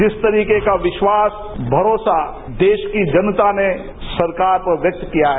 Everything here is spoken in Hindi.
जिस तरीके का विश्वास भरोसा देश की जनता ने सरकार पर व्यक्त किया है